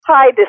Hi